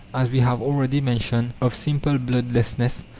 as we have already mentioned, of simple bloodlessness,